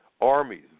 armies